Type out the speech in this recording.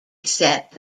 set